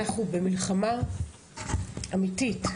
אנחנו במלחמה אמיתית,